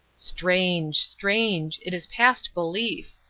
strange. strange. it is past belief.